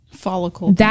follicle